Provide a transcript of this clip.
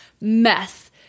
mess